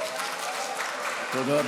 תודה.